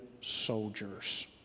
soldiers